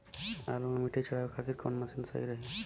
आलू मे मिट्टी चढ़ावे खातिन कवन मशीन सही रही?